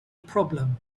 problem